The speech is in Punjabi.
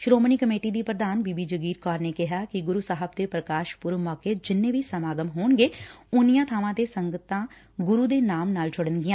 ਸ੍ਰੋਮਣੀ ਕਮੇਟੀ ਦੀ ਪ੍ਰਧਾਨ ਬੀਬੀ ਜਾਗੀਰ ਕੌਰ ਨੇ ਕਿਹਾ ਕਿ ਗੁਰੁ ਸਾਹਿਬ ਦੇ ਪ੍ਰਕਾਸ਼ ਪੁਰਬ ਮੌਕੇ ਜਿੰਨੇ ਵੀ ਸਮਾਗਮ ਹੋਣਗੇ ਉਨੀਆਂ ਬਾਵਾਂ ਤੇ ਸੰਗਤਾਂ ਗੁਰੁ ਦੇ ਨਾਮ ਨਾਲ ਜੁੜਨਗੀਆਂ